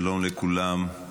שלום לכולם,